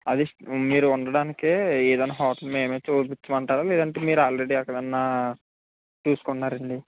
అది మీరు ఉండడానికి ఏదైనా హోటల్ మేమే చూపించమంటారా లేదంటే మీరు ఆల్రెడీ ఎక్కడన్నా చూసుకున్నారండి